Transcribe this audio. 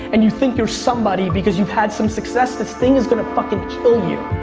and you think you're somebody because you've had some success, this thing is gonna fucking kill you.